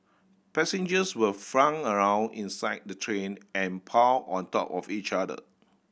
passengers were flung around inside the train and piled on top of each other